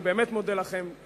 אני באמת מודה לכם.